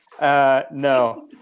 No